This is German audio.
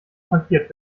frankiert